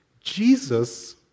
Jesus